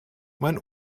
mein